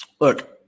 look